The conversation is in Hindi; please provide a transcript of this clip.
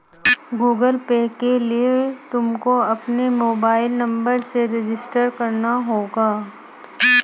गूगल पे के लिए तुमको अपने मोबाईल नंबर से रजिस्टर करना होगा